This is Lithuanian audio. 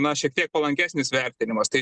na šiek tiek palankesnis vertinimas tai